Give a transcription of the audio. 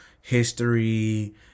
history